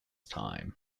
time